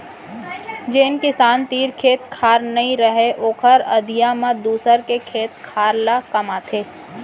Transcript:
जेन किसान तीर खेत खार नइ रहय ओहर अधिया म दूसर के खेत ल कमाथे